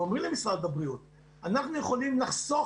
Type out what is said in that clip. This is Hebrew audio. ואומרים למשרד הבריאות - אנחנו יכולים לחסוך